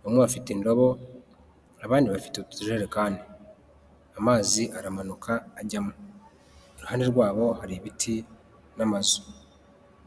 Bamwe bafite indobo abandi bafite utujerekani, amazi aramanuka ajyamo. Iruhande rwabo hari ibiti n'amazu.